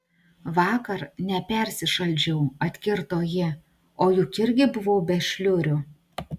vakar nepersišaldžiau atkirto ji o juk irgi buvau be šliurių